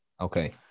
okay